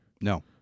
No